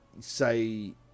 say